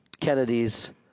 Kennedy's